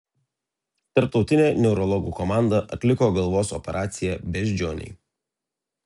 tarptautinė neurologų komanda atliko galvos operaciją beždžionei